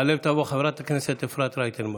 תעלה ותבוא חברת הכנסת אפרת רייטן מרום.